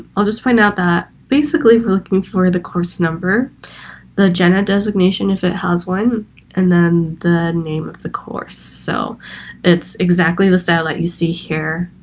i'll just find out that basically we're looking for the course number the gened designation if it has one and then the name of the course, so it's exactly the style that you see here